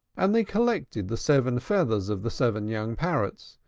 and they collected the seven feathers of the seven young parrots,